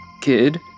kid